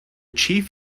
chief